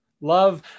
Love